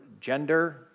gender